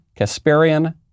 Kasparian